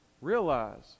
realize